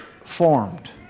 formed